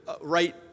right